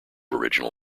original